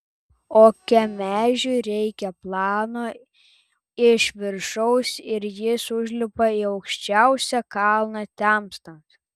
o kemežiui reikia plano iš viršaus ir jis užlipa į aukščiausią kalną temstant